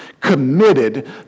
committed